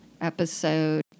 episode